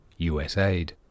USAID